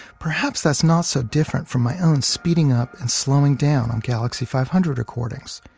perhaps that's not so different from my own speeding up and slowing down on galaxie five hundred recordings.